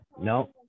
No